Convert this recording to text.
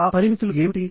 ఆ పరిమితులు ఏమిటి